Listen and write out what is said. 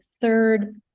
third